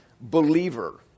believer